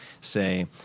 say